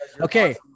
Okay